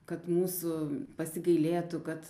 kad mūsų pasigailėtų kad